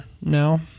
now